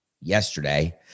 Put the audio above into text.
yesterday